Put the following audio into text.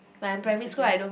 used to bring